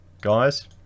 guys